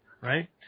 right